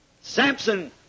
Samson